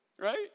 right